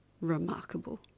remarkable